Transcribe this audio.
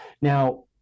Now